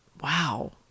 Wow